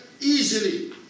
easily